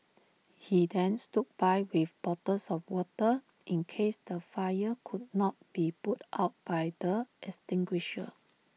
he then stood by with bottles of water in case the fire could not be put out by the extinguisher